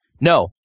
No